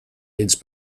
leads